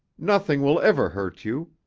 nothing will ever hurt you.